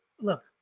Look